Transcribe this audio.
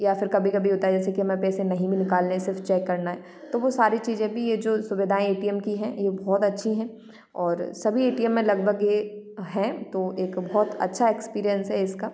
या फ़िर कभी कभी होता है जैसे कि हमें पैसे नहीं भी निकालने हैं सिर्फ चेक करना है तो वो सारी चीजें भी ये जो सुविधाएँ ए टी एम की हैं ये बहुत अच्छी हैं और सभी ए टी एम में लगभग ये हैं तो एक बहुत अच्छा एक्सपीरियंस है इसका